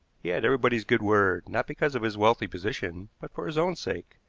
he had everybody's good word, not because of his wealthy position, but for his own sake.